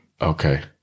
Okay